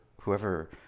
Whoever